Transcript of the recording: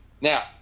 Now